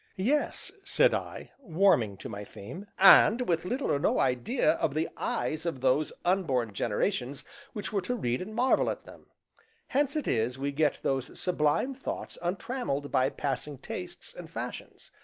yes, said i, warming to my theme, and with little or no idea of the eyes of those unborn generations which were to read and marvel at them hence it is we get those sublime thoughts untrammelled by passing tastes and fashions,